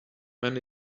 man